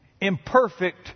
imperfect